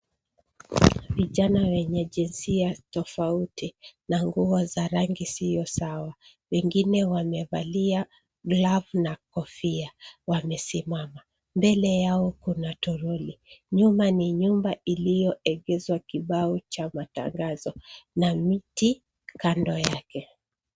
Vijana wenye jisia tofauti na nguo za rangi sio sawa wengine wamevalia glavu na kofia wamesimama. Mbele yao kuna toroli nyuma ni nyumba iliyo egeshwa kibao cha matangazo na miti kando yake.